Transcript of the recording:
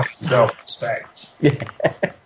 Self-respect